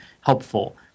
helpful